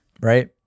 Right